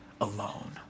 alone